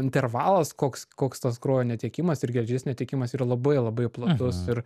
intervalas koks koks tas kraujo netekimas ir geležies netekimas yra labai labai platus ir